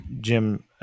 Jim